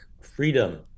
freedom